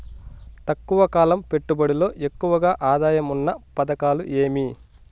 తక్కువ కాలం పెట్టుబడిలో ఎక్కువగా ఆదాయం ఉన్న పథకాలు ఏమి?